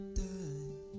die